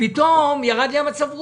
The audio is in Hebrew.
פתאום ירד לי המצב רוח,